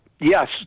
yes